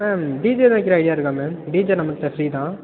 ma'am DJ எதுவும் வைக்கிற idea இருக்கா மேம் டிஜே நம்மகிட்ட ஃப்ரீ தான்